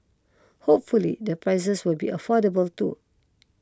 hopefully the prices will be affordable too